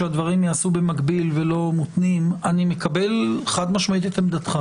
שהדברים ייעשו במקביל ולא מותנים: אני מקבל חד-משמעית את עמדתך